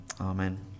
amen